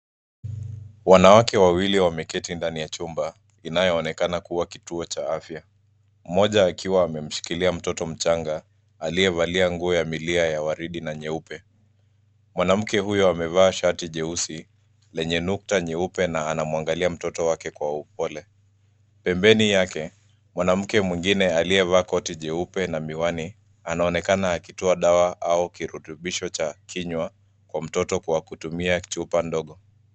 Wanawake wawili wameketi ndani ya chumba, inayoonekana kuwa kituo cha afya. Mmoja akiwa amemshikilia mtoto mchanga, aliyevalia nguo ya milia ya waridi na nyeupe. Mwanamke huyo amevaa shati jeusi, lenye nukta nyeupe na anamwangalia mtoto wake kwa upole. Pembeni yake, mwanamke mwingine aliyevaa koti jeupe na miwani, anaonekana akitoa dawa au kirutubisho cha kinywa, kwa mtoto kwa kutumia chupa.